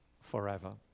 forever